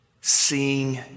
seeing